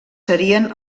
serien